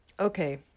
Okay